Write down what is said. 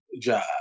job